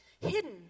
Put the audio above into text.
hidden